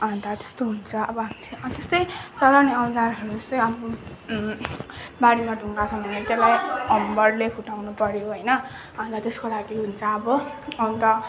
अन्त त्यस्तो हुन्छ अब हामी त्यस्तै अब अब बारीमा ढुङ्गा छ भने त्यसलाई हम्बरले फुटाउनु पऱ्यो हैन अन्त त्यसको लागि हुन्छ अब अन्त